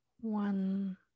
one